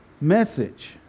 message